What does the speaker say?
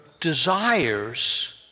desires